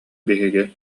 биһиги